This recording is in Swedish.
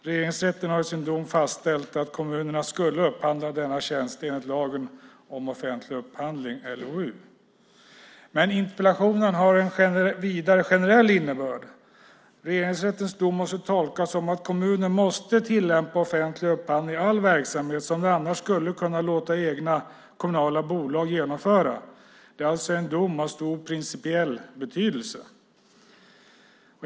Regeringsrätten har i sin dom fastställt att kommunerna skulle ha upphandlat denna tjänst enligt lagen om offentlig upphandling, LOU. Interpellationen har också en vidare, generell, innebörd. Regeringsrättens dom måste tolkas så att kommunerna ska tillämpa offentlig upphandling i all verksamhet; det gäller även sådant som de annars skulle kunna låta egna kommunala bolag utföra. Det är alltså en dom av stor principiell betydelse.